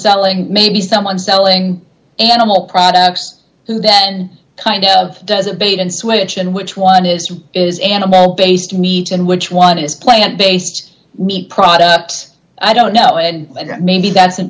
selling maybe someone selling animal products then kind of does a bait and switch in which one is is an animal based meat and which one is plant based meat products i don't know and maybe